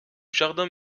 jardin